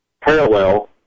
parallel